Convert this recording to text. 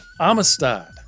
Amistad